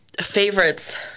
favorites